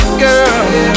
girl